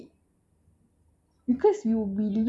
people will judge us name like makcik-makcik